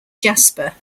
jasper